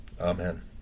Amen